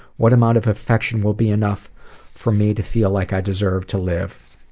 what amount of affection will be enough for me to feel like i deserve to live?